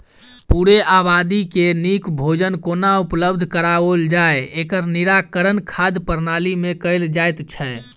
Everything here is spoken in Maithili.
पूरे आबादी के नीक भोजन कोना उपलब्ध कराओल जाय, एकर निराकरण खाद्य प्रणाली मे कयल जाइत छै